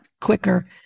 quicker